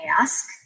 ask